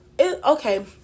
Okay